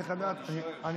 אני צריך לדעת, לא, אני שואל.